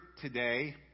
today